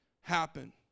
happen